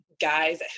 guys